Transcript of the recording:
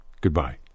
Goodbye